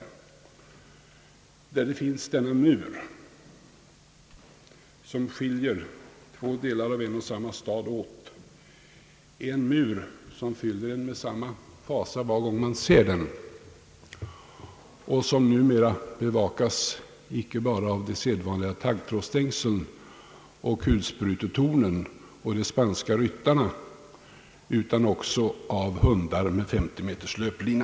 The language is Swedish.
Där har vi den mur, som skiljer två delar av en och samma stad åt, en mur som fyller oss med samma fasa varje gång vi ser den och som numera omges icke bara av de sedvanliga taggtrådsstängslen och kulsprutetornen och de spanska ryttarna, utan också av hundar med 50 meters löplina.